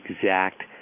exact